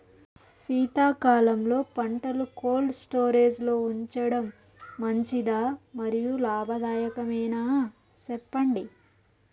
శీతాకాలంలో పంటలు cold storage లో ఉంచడం మంచిదా? మరియు లాభదాయకమేనా, సెప్పండి